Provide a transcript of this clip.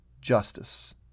justice